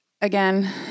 again